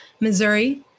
Missouri